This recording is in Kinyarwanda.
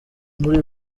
muri